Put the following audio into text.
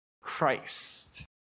Christ